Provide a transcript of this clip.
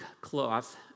cloth